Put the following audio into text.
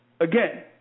again